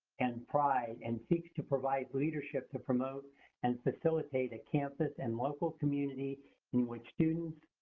and pride, and seeks to provide leadership to promote and facilitate a campus and local community in which students,